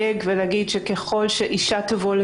נערה שעברה אונס היא קודם כל